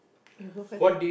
you go first